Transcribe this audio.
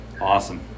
Awesome